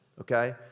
okay